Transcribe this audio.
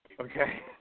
Okay